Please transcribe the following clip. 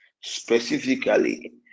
specifically